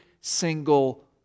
single